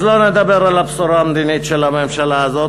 אז לא נדבר על הבשורה המדינית של הממשלה הזאת,